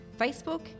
Facebook